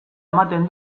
ematen